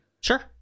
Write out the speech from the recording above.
Sure